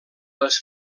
les